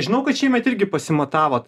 žinau kad šiemet irgi pasimatavot